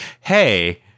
hey